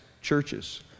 churches